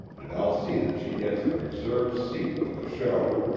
and i'll see that she gets a reserved seat for the show.